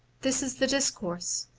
this is the discourse